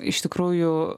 iš tikrųjų